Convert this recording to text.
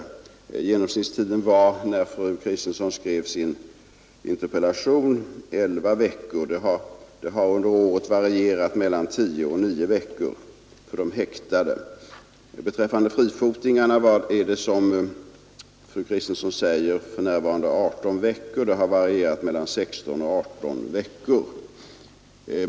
Genomsnittstiden var när fru Kristensson skrev sin interpellation 11 veckor. Den har under året varierat mellan 9 och 10 veckor för de häktade. Beträffande ”frifotingarna” är väntetiden, som fru Kristensson säger, för närvarande 18 veckor och den har varierat mellan 16 och 18 veckor.